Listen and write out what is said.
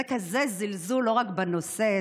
זה כזה זלזול לא רק בנושא,